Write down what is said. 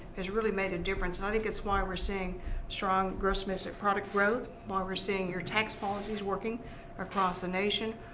has really made a difference. and i think that's why we're seeing strong gross domestic product growth, why we're seeing your tax policies working across the nation,